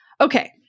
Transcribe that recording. Okay